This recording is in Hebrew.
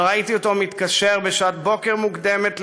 וראיתי אותו מתקשר בשעת בוקר מוקדמת,